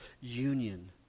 union